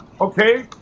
okay